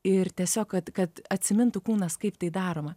ir tiesiog kad kad atsimintų kūnas kaip tai daroma